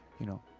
you know,